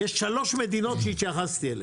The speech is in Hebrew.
יש שלוש מדינות שהתייחסתי אליהן: